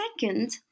second